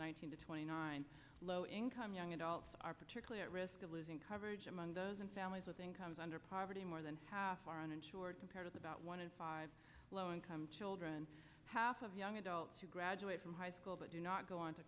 to twenty nine low income young adults are particularly at risk of losing coverage among those in families with incomes under poverty more than half are uninsured compared with about one in five low income children half of young adults who graduate from high school but do not go on to